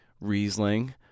Riesling